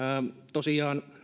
tosiaan